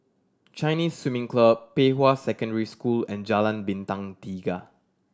Chinese Swimming Club Pei Hwa Secondary School and Jalan Bintang Tiga